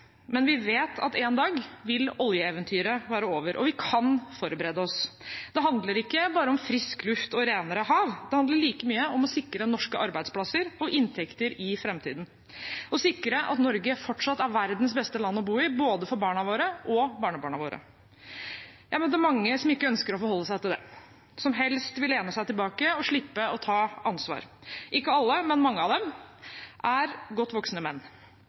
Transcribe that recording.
men vi vet at en dag vil oljeeventyret være over. Og vi kan forberede oss. Det handler ikke bare om frisk luft og renere hav, det handler like mye om å sikre norske arbeidsplasser og inntekter i framtiden, å sikre at Norge fortsatt er verdens beste land å bo i for både barna våre og barnebarna våre. Jeg møter mange som ikke ønsker å forholde seg til det, som helst vil lene seg tilbake og slippe å ta ansvar. Ikke alle, men mange av dem er godt voksne menn.